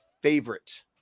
Favorite